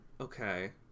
Okay